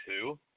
two